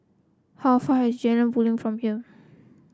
how far is Jalan Basong from here